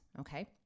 Okay